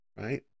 right